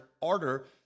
order